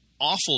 awful